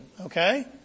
Okay